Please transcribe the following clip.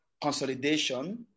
consolidation